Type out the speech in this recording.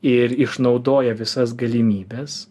ir išnaudoja visas galimybes